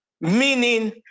Meaning